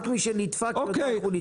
רק מי שנדפק יודע איך הוא נדפק.